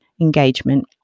engagement